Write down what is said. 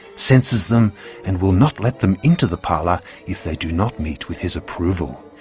censors them and will not let them into the parlour if they do not meet with his approval.